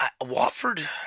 Watford